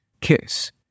KISS